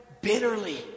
bitterly